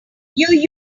used